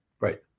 Right